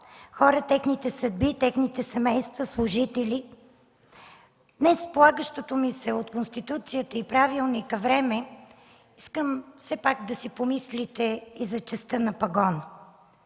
хора – техните съдби, техните семейства, служители. Днес с полагащото ми се от Конституцията и правилника време искам все пак да си помислите и за честта на пагона.